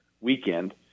weekend